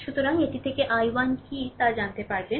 সুতরাং এটি থেকে I1 কী তা জানতে পারবেন